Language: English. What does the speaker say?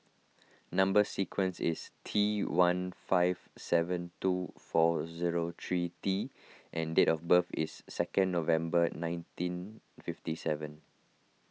Number Sequence is T one five seven two four zero three T and date of birth is second November nineteen fifty seven